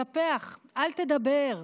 ספח, אל תדבר.